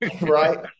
Right